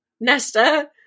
Nesta